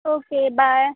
okay bye